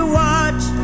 watch